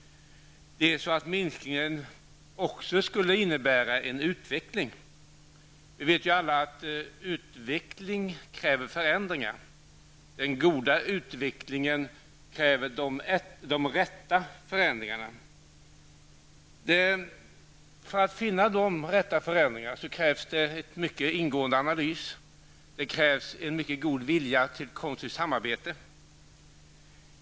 Minskningen skulle också kunna innebära en utveckling. Alla vet ju att utveckling kräver förändringar. Den goda utvecklingen kräver de rätta förändringarna. För att finna de rätta förändringarna krävs det en mycket ingående analys och en mycket god vilja till konstruktivt samarbete.